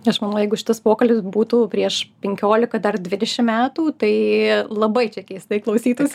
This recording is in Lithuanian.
ir aš manau jeigu šitas pokalbis būtų prieš penkiolika dar dvidešimt metų tai labai čia keistai klausytųsi